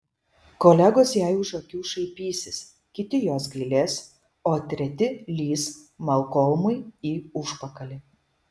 kolegos jai už akių šaipysis kiti jos gailės o treti lįs malkolmui į užpakalį